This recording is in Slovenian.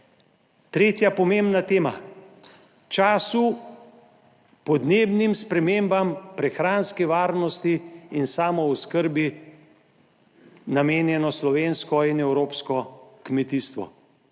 Tretja pomembna tema, času, podnebnim spremembam, prehranski varnosti in samooskrbi namenjeno slovensko in evropsko kmetijstvo.